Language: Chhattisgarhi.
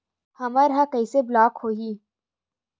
हमर ह कइसे ब्लॉक होही?